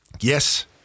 Yes